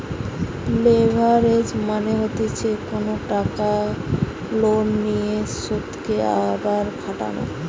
leverage মানে হতিছে কোনো টাকা লোনে নিয়ে সেতকে আবার খাটানো